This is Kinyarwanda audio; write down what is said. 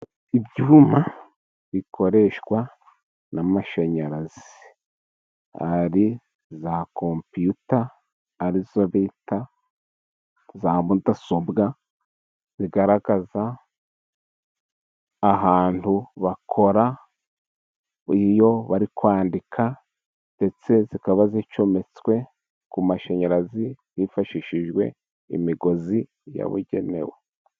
Ibyuma bikoreshwa n'amashanyarazi. Hari za kompiyuta arizo bita za mudasobwa. Zigaragaza ahantu bakora iyo bari kwandika ndetse zikaba zicometswe ku mashanyarazi, hifashishijwe imigozi yabugenewe.